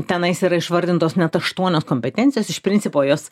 tenais yra išvardintos net aštuonios kompetencijos iš principo jos